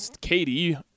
Katie –